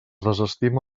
desestima